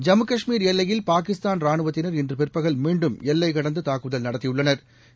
ஜம்மு காஷ்மீர் எல்லையில் பாகிஸ்தான் ரானுவத்தினா் இன்று பிற்பகல் மீண்டும் எல்லை கடந்து தாக்குதல் நடத்தியுள்ளனா்